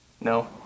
No